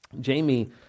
Jamie